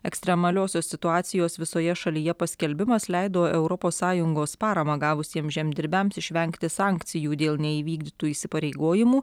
ekstremaliosios situacijos visoje šalyje paskelbimas leido europos sąjungos paramą gavusiems žemdirbiams išvengti sankcijų dėl neįvykdytų įsipareigojimų